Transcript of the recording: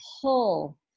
pull